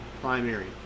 Primary